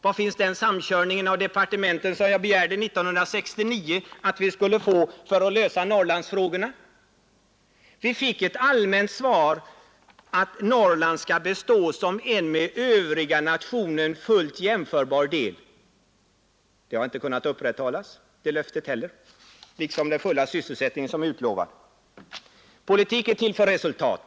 Var finns den samkörning av departementen som jag 1969 begärde att vi skulle få för att kunna lösa Norrlandsfrågorna? Vi fick ett allmänt svar att Norrland skall bestå som en med övriga nationen fullt jämförbar del. Löftet har inte kunnat uppfyllas. Inte heller den utlovade fulla sysselsättningen har kunnat upprätthållas. Politik är till för resultat.